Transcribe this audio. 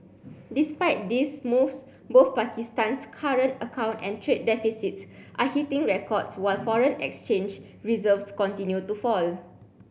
despite these moves both Pakistan's current account and trade deficits are hitting records while foreign exchange reserves continue to fall